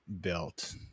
built